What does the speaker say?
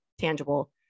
tangible